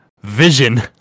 Vision